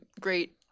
great